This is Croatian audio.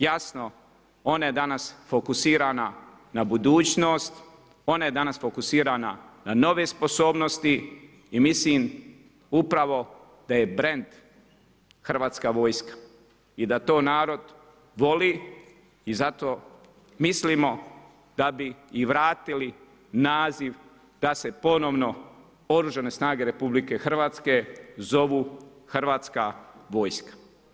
Jasno ona je danas fokusirana na budućnost, ona je danas fokusirana na nove sposobnosti i mislim upravo da je brend Hrvatska vojska i da to narod voli i zato mislimo da bi i vratili naziv da se ponovno Oružane snage Republike Hrvatske zovu Hrvatska vojska.